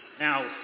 Now